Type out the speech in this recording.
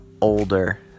older